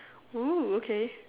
oh okay